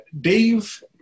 Dave